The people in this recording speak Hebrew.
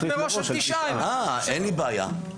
אין לי בעיה.